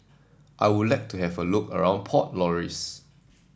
I would like to have a look around Port Louis